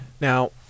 Now